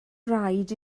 rhaid